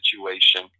situation